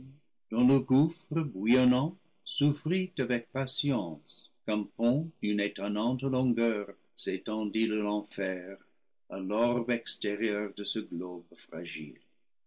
dont le gouffre bouillonnant souffrit avec patience qu'un pont d'une étonnante longueur s'étendît de l'enfer à l'orbe extérieur de ce globe fragile